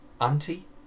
auntie